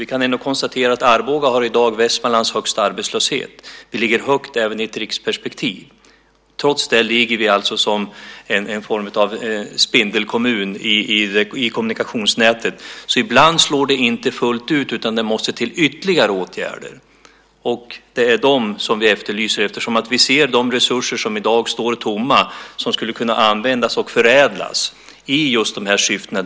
Vi kan ändock konstatera att Arboga i dag har Västmanlands högsta arbetslöshet. Vi ligger högt även i ett riksperspektiv. Trots det ligger vi alltså som en form av spindelkommun i kommunikationsnätet. Ibland slår det inte fullt ut, utan det måste till ytterligare åtgärder. Det är dem som vi efterlyser, eftersom vi ser de resurser som i dag står tomma som skulle kunna användas och förädlas i just de här syftena.